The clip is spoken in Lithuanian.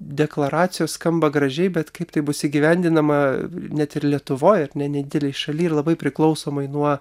deklaracijos skamba gražiai bet kaip tai bus įgyvendinama net ir lietuvoj ar ne nedidelėj šaly ir labai priklausomai nuo